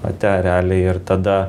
ate realiai ir tada